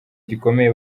gikomeye